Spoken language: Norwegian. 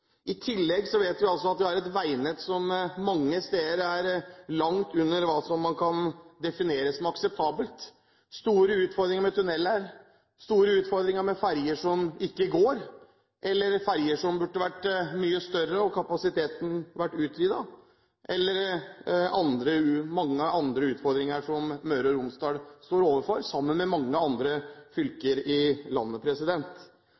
I tillegg vet vi at vi har et veinett som mange steder er langt under hva man kan definere som akseptabelt – store utfordringer med tunneler, store utfordringer med ferjer som ikke går, eller ferjer som burde vært mye større og med utvidet kapasitet, eller mange andre utfordringer som Møre og Romsdal står overfor, sammen med mange andre